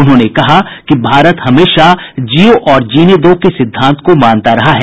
उन्होंने कहा कि भारत हमेशा जीओ और जीने दो के सिद्धांत को मानता रहा है